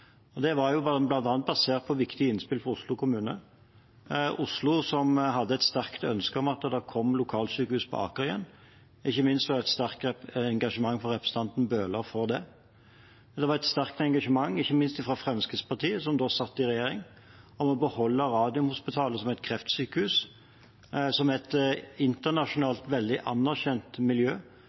Det var bl.a. basert på viktige innspill fra Oslo kommune – Oslo, som hadde et sterkt ønske om at det kom lokalsykehus på Aker igjen. Ikke minst var det et sterkt engasjement fra representanten Bøhler for det. Det var også et sterkt engasjement ikke minst fra Fremskrittspartiet, som da satt i regjering, om å beholde Radiumhospitalet som et kreftsykehus, som er et internasjonalt veldig anerkjent miljø